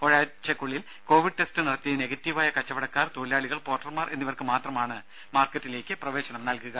ഒരാഴ്ചക്കുള്ളിൽ covid test നടത്തി നെഗറ്റീവായ കച്ചവടക്കാർ തൊഴിലാളികൾ പോർട്ടർമാർ എന്നിവർക്ക് മാത്രമാണ് മാർക്കറ്റിലേക്ക് പ്രവേശനം നൽകുക